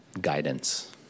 guidance